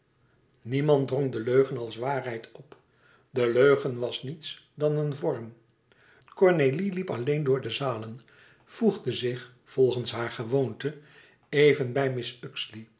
niemand drong de leugen als waarheid op de leugen was niets dan een vorm cornélie liep alleen door de zalen voegde zich volgens hare gewoonte even bij mrs